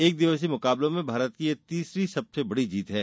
एक दिवसीय मुकाबलों में भारत की यह तीसरी सबसे बड़ी जीत है